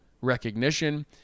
recognition